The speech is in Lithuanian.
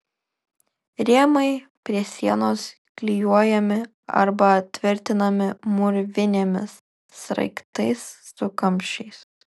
rėmai prie sienos klijuojami arba tvirtinami mūrvinėmis sraigtais su kamščiais